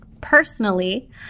Personally